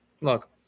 Look